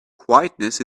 quietness